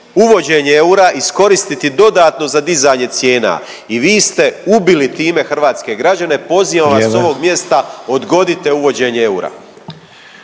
uvođenje eura iskoristiti dodatno za dizanje cijena i vi ste ubili time hrvatske građane. Pozivam vas sa ovog mjesta odgodite uvođenje eura.